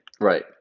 Right